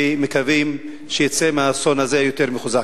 ומקווים שהוא יצא מהאסון הזה יותר מחוזק.